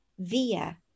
via